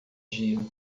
dia